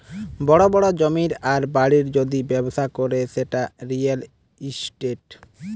বড় বড় জমির আর বাড়ির যদি ব্যবসা করে সেটা রিয়্যাল ইস্টেট